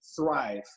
thrive